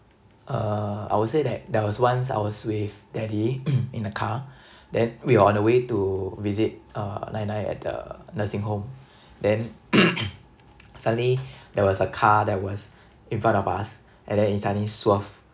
uh I will say that there was once I was with daddy in a car then we're on our way to visit uh nai nai at the nursing home then suddenly there was a car that was in front of us and then it suddenly swerved